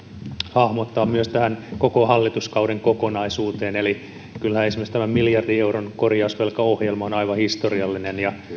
hahmottaa myös tähän koko hallituskauden kokonaisuuteen eli kyllähän esimerkiksi tämä miljardin euron korjausvelkaohjelma on aivan historiallinen ja